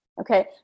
Okay